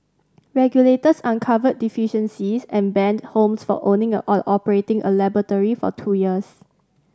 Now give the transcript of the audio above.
regulators uncovered deficiencies and banned Holmes from owning or operating a laboratory for two years